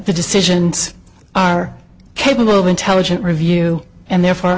decisions are capable of intelligent review and therefore